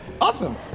Awesome